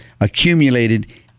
accumulated